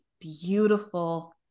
beautiful